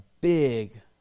big